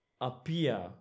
appear